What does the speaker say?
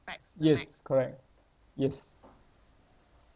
yes correct yes